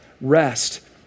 rest